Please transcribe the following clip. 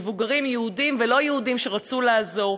מבוגרים יהודים ולא יהודים שרצו לעזור.